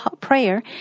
prayer